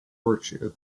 virtue